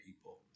people